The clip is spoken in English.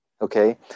Okay